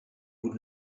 would